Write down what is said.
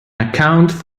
account